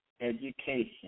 education